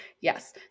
Yes